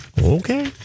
Okay